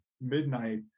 midnight